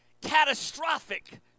catastrophic